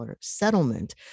settlement